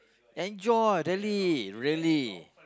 enjoy really really